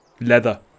leather